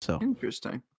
Interesting